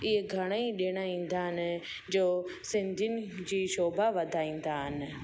इहे घणेई ॾिण ईंदा आहिनि जो सिंधियुनि जी शोभा वधाईंदा आहिनि